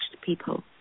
people